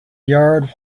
yard